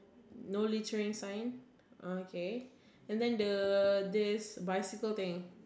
no littering signs okay and then the this bicycle thing